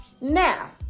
Now